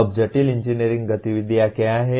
अब जटिल इंजीनियरिंग गतिविधियाँ क्या हैं